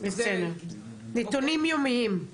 נתונים יומיים,